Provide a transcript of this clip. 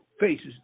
faces